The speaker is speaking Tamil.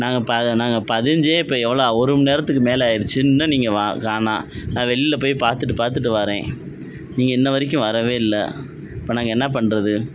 நாங்கள் பா நாங்கள் பதிஞ்சு இப்போ எவ்வளோ ஒரு மணி நேரத்துக்கு மேலே ஆகிடுச்சி இன்னும் நீங்கள் வா கானும் நான் வெளியில் போய் பார்த்துட்டு பார்த்துட்டு வாரேன் நீங்கள் இன்ன வரைக்கும் வரவே இல்லை இப்போ நாங்கள் என்ன பண்ணுறது